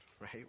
right